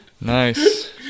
Nice